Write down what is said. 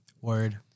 Word